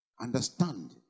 understand